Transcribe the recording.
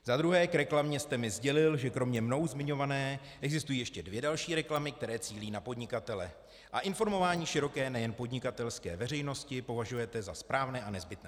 Za druhé, k reklamě jste mi sdělil, že kromě mnou zmiňované existují ještě dvě další reklamy, které cílí na podnikatele a informování široké, nejen podnikatelské veřejnosti považujete za správné a nezbytné.